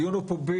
הדיון הוא פומבי,